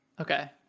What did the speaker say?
okay